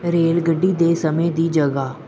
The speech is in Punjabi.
ਰੇਲਗੱਡੀ ਦੇ ਸਮੇਂ ਦੀ ਜਗ੍ਹਾ